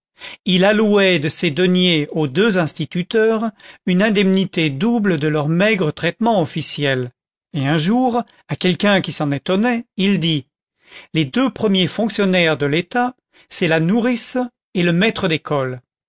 il allouait de ses deniers aux deux instituteurs une indemnité double de leur maigre traitement officiel et un jour à quelqu'un qui s'en étonnait il dit les deux premiers fonctionnaires de l'état c'est la nourrice et le maître d'école